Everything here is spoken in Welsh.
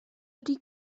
ydy